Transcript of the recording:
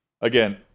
Again